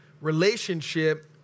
relationship